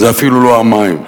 זה אפילו לא המים,